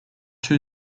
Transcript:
two